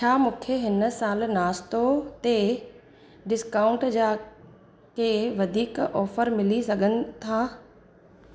छा मूंखे हिन साल नाश्तो ते डिस्काऊंट जा के वधीक ऑफर मिली सघनि था